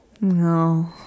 No